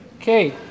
Okay